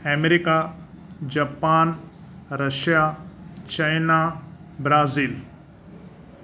America Japan Russia China Brazil